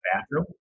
bathroom